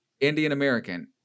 Indian-American